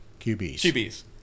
QBs